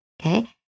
okay